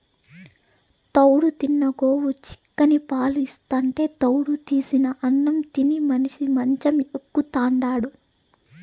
తౌడు తిన్న గోవు చిక్కని పాలు ఇస్తాంటే తౌడు తీసిన అన్నం తిని మనిషి మంచం ఎక్కుతాండాడు